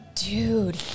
Dude